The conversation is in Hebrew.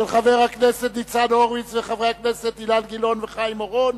של חברי הכנסת ניצן הורוביץ אילן גילאון וחיים אורון,